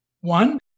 One